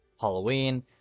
Halloween